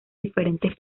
diferentes